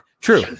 true